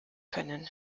können